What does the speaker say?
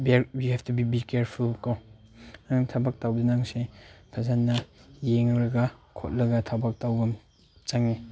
U have to be careful ꯀꯣ ꯅꯪ ꯊꯕꯛ ꯇꯧꯕꯗ ꯅꯪꯁꯦ ꯐꯖꯅ ꯌꯦꯡꯂꯒ ꯈꯣꯠꯂꯒ ꯊꯕꯛ ꯇꯧꯕ ꯆꯪꯉꯦ